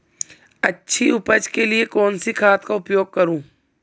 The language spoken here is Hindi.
अच्छी उपज के लिए कौनसी खाद का उपयोग करूं?